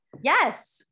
Yes